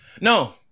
No